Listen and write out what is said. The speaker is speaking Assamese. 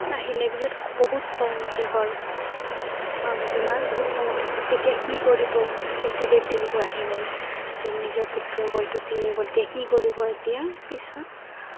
আহিলে পিছত বহুত খং উঠি গ'ল পাৰ্ৱতীৰ মাৰ বহুত খং উঠি গ'ল তেতিয়া কি কৰিব গোটেই দেৱ দেৱীবোৰ আহি গ'ল নিজৰ পুত্ৰৰ গলটো ছিঙি গ'ল এতিয়া কি কৰিব এতিয়া পিছত